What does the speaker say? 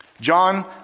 John